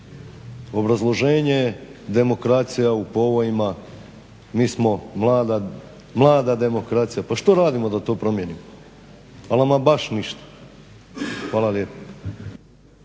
Obrazloženje je demokracija u povojima, mi smo mlada demokracija. Pa što radimo da to promijenimo? Ali ama baš ništa. Hvala lijepa.